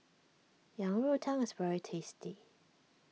Yang Rou Tang is very tasty